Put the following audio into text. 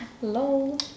hello